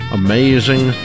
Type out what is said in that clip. amazing